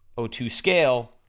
ah two scale,